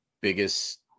biggest